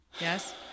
Yes